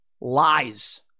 lies